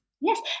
Yes